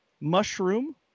mushroom